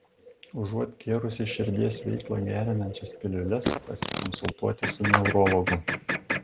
užuot gėrusi širdies veiklą gerinančias piliules pasikonsultuoti su neurologu